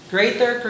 Greater